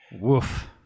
woof